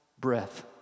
breath